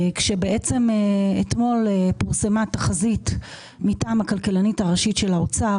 כשבעצם אתמול פורסמה תחזית מטעם הכלכלנית הראשית של האוצר